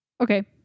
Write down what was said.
Okay